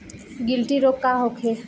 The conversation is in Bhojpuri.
गिल्टी रोग का होखे?